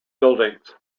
buildings